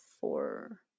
four